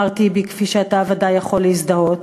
מר טיבי, כפי שאתה ודאי יכול להזדהות,